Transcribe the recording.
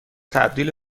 تبدیل